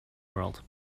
world